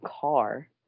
car